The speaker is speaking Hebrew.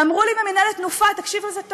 ואמרו לי במינהלת "תנופה" תקשיב לזה טוב,